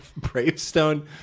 Bravestone